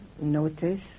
Notice